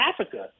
Africa